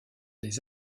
des